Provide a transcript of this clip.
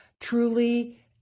truly